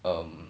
um